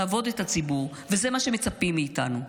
לעבוד את הציבור, וזה מה שמצפים מאיתנו.